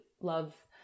love